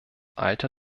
alter